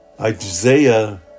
Isaiah